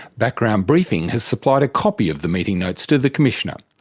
background briefing has supplied a copy of the meeting notes to the commissioner,